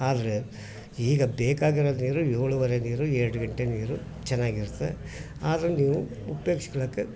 ಆದರೆ ಈಗ ಬೇಕಾಗಿರೋದು ನೀರು ಏಳುವರೆ ನೀರು ಎರಡು ಗಂಟೆ ನೀರು ಚೆನ್ನಾಗಿರುತ್ತೆ ಆದರೆ ನೀವು ಉಪ್ಯೋಗ್ಸಿಕೊಳ್ಳೋಕೆ